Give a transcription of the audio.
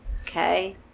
okay